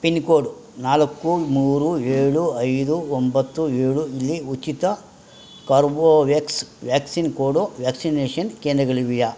pin code ನಾಲ್ಕು ಮೂರು ಏಳು ಐದು ಒಂಬತ್ತು ಏಳು ಇಲ್ಲಿ ಉಚಿತ ಕಾರ್ಬೋವ್ಯಾಕ್ಸ್ ವ್ಯಾಕ್ಸಿನ್ ಕೊಡೋ ವ್ಯಾಕ್ಸಿನೇಷನ್ ಕೇಂದ್ರಗಳಿವೆಯಾ